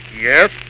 Yes